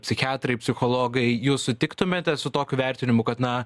psichiatrai psichologai jūs sutiktumėte su tokiu vertinimu kad na